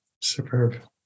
Superb